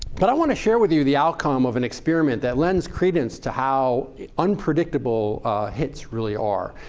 but i want to share with you the outcome of an experiment that lends credence to how unpredictable hits really are.